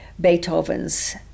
Beethoven's